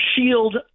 shield